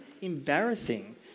embarrassing